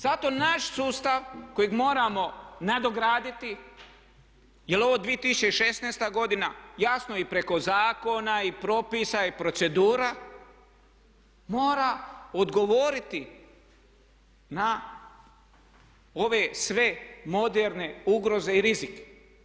Zato naš sustav kojeg moramo nadograditi jer je ovo 2016. godina jasno i preko zakona i propisa i procedura mora odgovoriti na ove sve moderne ugroze i rizike.